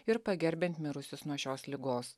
ir pagerbiant mirusius nuo šios ligos